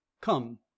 come